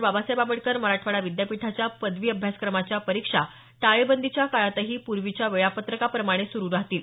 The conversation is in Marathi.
बाबासाहेब आंबेडकर मराठवाडा विद्यापीठाच्या पदवी अभ्यासक्रमाच्या परीक्षा टाळेबंदीच्या काळातही पूर्वीच्या वेळापत्रकाप्रमाणे सुरु राहतील